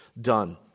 done